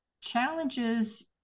challenges